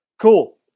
Cool